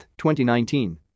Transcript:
2019